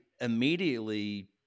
immediately